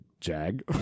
Jag